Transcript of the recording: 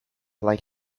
like